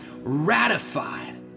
ratified